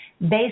based